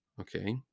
Okay